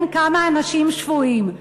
עם כמה אנשים שפויים,